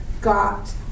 got